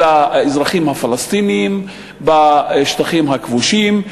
אלא האזרחים הפלסטינים בשטחים הכבושים,